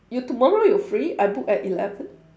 you tomorrow you free I book at eleven